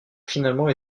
finalement